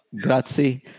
Grazie